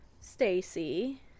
Stacy